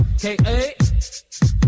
K-A